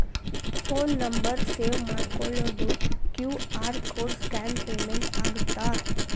Phone number save ಮಾಡಿಕೊಳ್ಳದ QR code scan payment ಆಗತ್ತಾ?